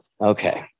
Okay